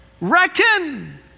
reckon